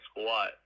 Squat